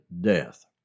death